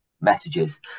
messages